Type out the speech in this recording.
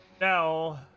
now